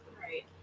Right